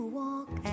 walk